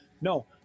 No